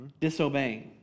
disobeying